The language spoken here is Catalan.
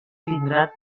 tindran